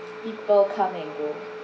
people come and go